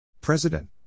President